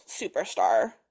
superstar